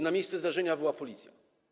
Na miejscu zdarzenia była Policja.